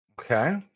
Okay